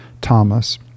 Thomas